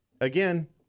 again